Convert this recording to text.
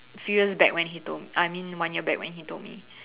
few years when he told I mean one year back when he told me